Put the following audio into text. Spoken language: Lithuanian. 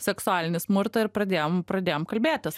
seksualinį smurtą ir pradėjom pradėjom kalbėtis